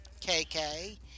KK